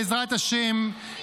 בעזרת השם,